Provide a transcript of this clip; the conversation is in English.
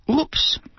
Oops